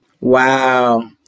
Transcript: Wow